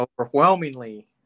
Overwhelmingly